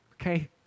okay